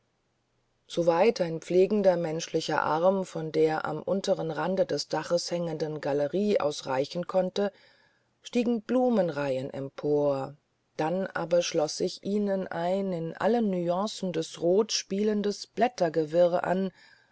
soweit ein pflegender menschlicher arm von der am unteren rande des daches hängenden galerie aus reichen konnte stiegen blumenreihen empor dann aber schloß sich ihnen ein in allen nüancen des rot spielendes blättergewirr an